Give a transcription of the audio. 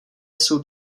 jsou